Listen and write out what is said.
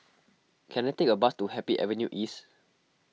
can I take a bus to Happy Avenue East